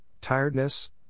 tiredness